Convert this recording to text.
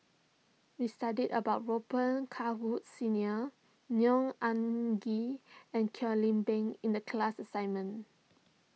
we studied about Robet Carr Woods Senior Neo Anngee and Kwek Leng Beng in the class assignment